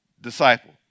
disciple